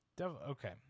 Okay